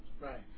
Right